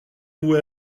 vous